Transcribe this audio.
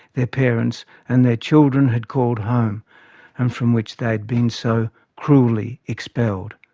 their parents and their children had called home and from which they had been so cruelly expelled.